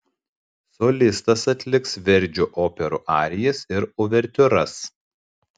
solistas atliks verdžio operų arijas ir uvertiūras